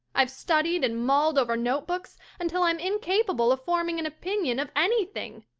i've studied and mulled over notebooks until i'm incapable of forming an opinion of anything.